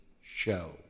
show